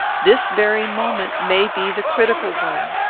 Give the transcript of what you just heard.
this very moment may be the critical one.